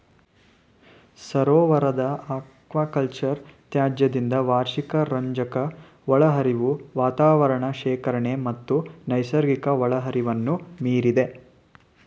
ಸರೋವರದ ಅಕ್ವಾಕಲ್ಚರ್ ತ್ಯಾಜ್ಯದಿಂದ ವಾರ್ಷಿಕ ರಂಜಕ ಒಳಹರಿವು ವಾತಾವರಣ ಶೇಖರಣೆ ಮತ್ತು ನೈಸರ್ಗಿಕ ಒಳಹರಿವನ್ನು ಮೀರಿದೆ